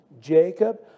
Jacob